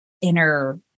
inner